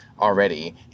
already